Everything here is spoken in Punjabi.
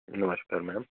ਨਮਸਕਾਰ ਮੈਮ